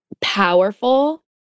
powerful